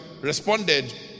responded